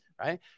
Right